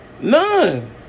None